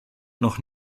noch